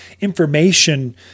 information